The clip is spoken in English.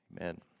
Amen